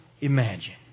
imagine